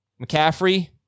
McCaffrey